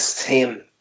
team